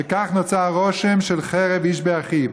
וכך נוצר רושם של חרב איש באחיו.